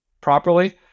properly